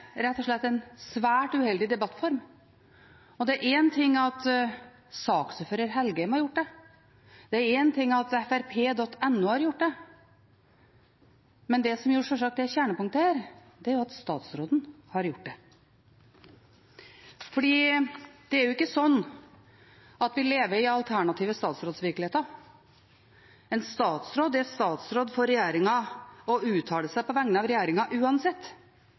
rett og slett en svært uheldig debattform. Det er én ting at saksordfører Engen-Helgheim har gjort det, det er én ting at frp.no har gjort det. Det som sjølsagt er kjernepunktet her, er at statsråden har gjort det. For det er jo ikke slik at vi lever i alternative statsrådsvirkeligheter. En statsråd er statsråd for regjeringen og uttaler seg på vegne av regjeringen uansett,